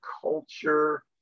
culture